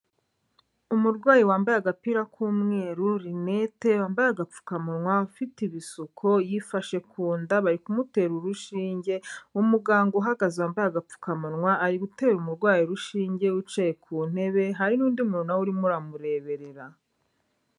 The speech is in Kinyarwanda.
Umurwayi wambaye agapira k'umweru, rinete, wambaye agapfukamunwa, ufite ibisuko, yifashe ku nda, bari kumutera urushinge, umuganga uhagaze wambaye agapfukamunwa, ari gutera umurwayi urushinge wicaye ku ntebe, hari n'undi muntu na we urimo uramureberera.